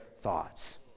thoughts